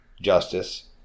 justice